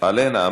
עלה נא.